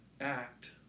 act